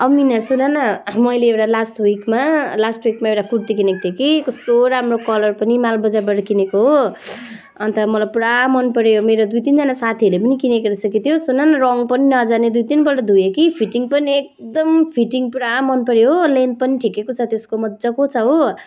ओ मिना सुन न मैले एउटा लास्ट विकमा लास्ट विकमा एउटा कुर्ती किनेको थिएँ कि कस्तो राम्रो कलर त यी मालबजारबाट किनेको हो अन्त मलाई पुरा मनपर्यो मेरो दुई तिनजना साथीहरूले पनि किनेको रहेछ कि त्यो सुन न रङ पनि नजाने दुई तिनपल्ट धोएँ कि फिटिङ पनि एकदम फिटिङ पुरा मनपर्यो हो लेन्थ पनि ठिकैको छ त्यसको मजाको छ हो